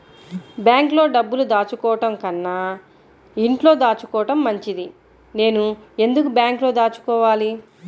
బ్యాంక్లో డబ్బులు దాచుకోవటంకన్నా ఇంట్లో దాచుకోవటం మంచిది నేను ఎందుకు బ్యాంక్లో దాచుకోవాలి?